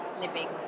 living